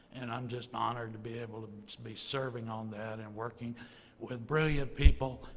and i'm just honored to be able to be serving on that and working with brilliant people,